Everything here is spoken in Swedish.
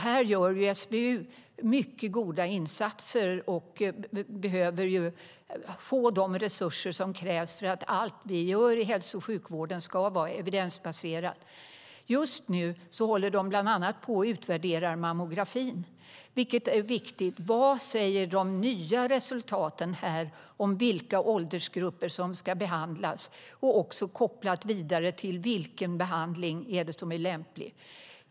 Här gör SBU mycket goda insatser och behöver få de resurser som krävs för att allt vi gör i hälso och sjukvården ska vara evidensbaserat. Just nu håller SBU bland annat på att utvärdera mammografin, vilket är viktigt. Vad säger de nya resultaten om vilka åldersgrupper som ska behandlas, kopplat vidare till vilken behandling som är lämplig?